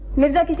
mirza.